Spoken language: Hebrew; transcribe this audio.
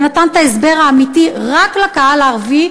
ונתן את ההסבר האמיתי רק לקהל הערבי,